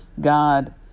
God